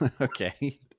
okay